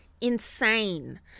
Insane